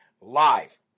live